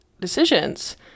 decisions